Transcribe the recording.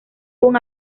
con